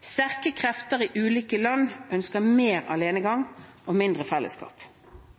Sterke krefter i ulike land ønsker mer alenegang og mindre fellesskap.